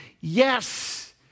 Yes